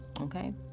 okay